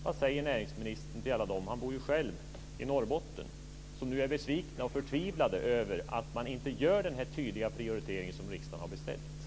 Vad säger näringsministern till alla dem - han bor ju själv i Norrbotten - som är besvikna och förtvivlade över att man inte gör denna tydliga prioritering som riksdagen har beställt?